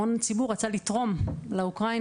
המון ציבור רצה לתרום לאוקראינים,